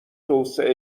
توسعه